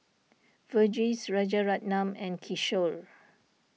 Verghese Rajaratnam and Kishore